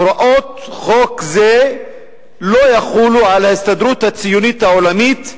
הוראות חוק זה לא יחולו על ההסתדרות הציונית העולמית,